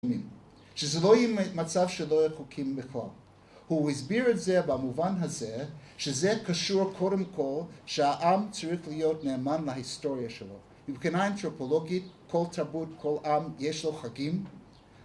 שזה לא יהיה מצב שלא יהיה חוקים בכלל. הוא הסביר את זה במובן הזה, שזה קשור קודם כל, שהעם צריך להיות נאמן להיסטוריה שלו. מבחינה אנתרופולוגית כל תרבות, כל עם יש לו חגים.